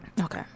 Okay